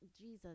Jesus